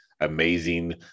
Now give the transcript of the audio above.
Amazing